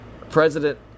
President